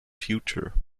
future